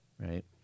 right